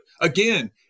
again